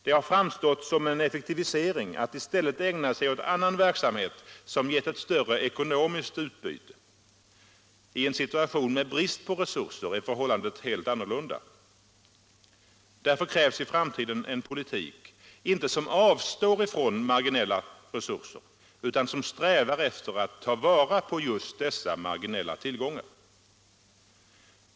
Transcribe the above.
Det har framstått som en effektivisering att i stället ägna sig åt annan verksamhet som ger ett större ekonomiskt utbyte. I en situation med brist på resurser är förhållandet helt annorlunda. Därför krävs i framtiden en politik som inte avstår från marginella resurser utan som strävar efter att ta vara på just dessa marginella tillgångar.